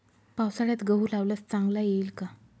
पावसाळ्यात गहू लावल्यास चांगला येईल का?